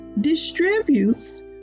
distributes